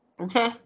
Okay